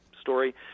story